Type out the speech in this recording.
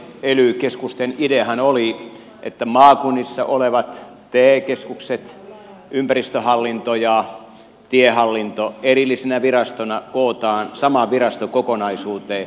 ely keskusten ideahan oli että maakunnissa olevat te keskukset ympäristöhallinto ja tiehallinto erillisenä virastona kootaan samaan virastokokonaisuuteen